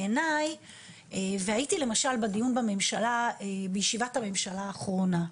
הייתי למשל בדיון בישיבת הממשלה האחרונה,